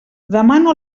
demano